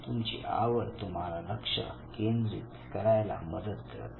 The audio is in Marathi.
तुमची आवड तुम्हाला लक्ष अधिक केंद्रित करायला मदत करते